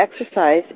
exercise